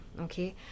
okay